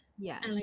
yes